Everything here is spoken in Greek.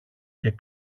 και